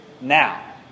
now